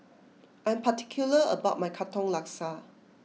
I'm particular about my Katong Laksa